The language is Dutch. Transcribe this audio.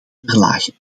verlagen